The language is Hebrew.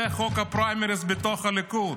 זה חוק הפריימריז בתוך הליכוד.